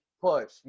Push